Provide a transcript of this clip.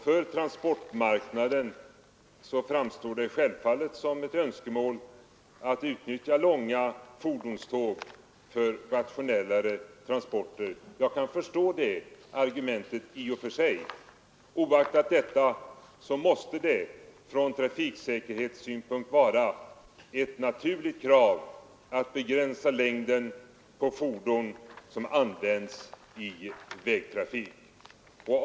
För transportmarknaden framstår det självfallet som ett önskemål att utnyttja långa fordonståg för rationellare transporter. Jag kan i och för sig förstå det argumentet. Oaktat detta måste det från trafiksäkerhetssynpunkt vara ett naturligt krav att begränsa längden på fordon som används i vägtrafik.